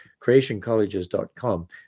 creationcolleges.com